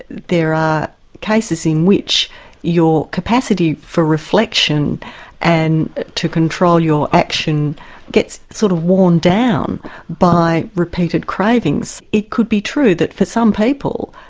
there are cases in which your capacity for reflection and to control your action gets sort of worn down by repeated cravings. it could be true that for some people,